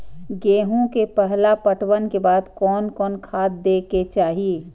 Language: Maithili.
गेहूं के पहला पटवन के बाद कोन कौन खाद दे के चाहिए?